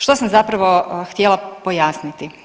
Što sam zapravo htjela pojasniti?